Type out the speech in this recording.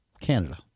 Canada